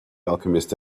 alchemist